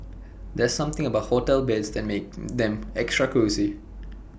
there's something about hotel beds that makes them extra cosy